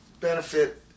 Benefit